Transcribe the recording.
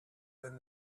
than